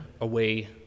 away